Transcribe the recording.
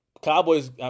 Cowboys